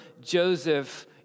Joseph